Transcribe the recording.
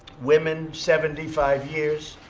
women seventy five years.